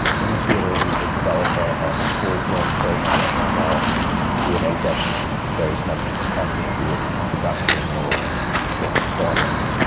in the theatre, we will develop ah a full-blown program that will involve q and a sessions with various members of and the company, be it production or or performance.